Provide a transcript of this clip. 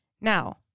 Now